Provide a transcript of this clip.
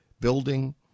building